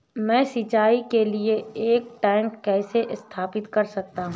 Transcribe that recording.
मैं सिंचाई के लिए एक टैंक कैसे स्थापित कर सकता हूँ?